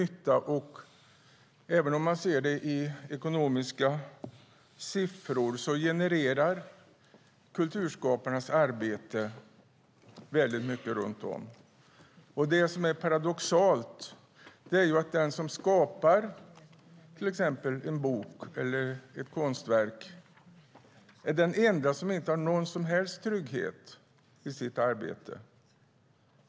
När man ser på kulturarbetarna i ekonomiska siffror finner man att de också genererar arbete. Det paradoxala är att den som skapar till exempel en bok eller ett konstverk är den enda som inte har någon som helst trygghet i sitt arbete.